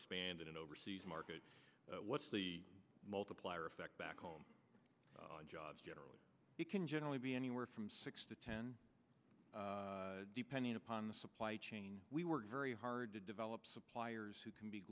expanded overseas markets what's the multiplier effect back home on jobs generally it can generally be anywhere from six to ten depending upon the supply chain we work very hard to develop suppliers who can be